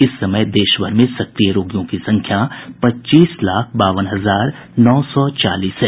इस समय देशभर में सक्रिय रोगियों की संख्या पच्चीस लाख बावन हजार नौ सौ चालीस है